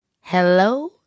hello